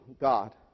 God